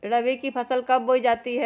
रबी की फसल कब बोई जाती है?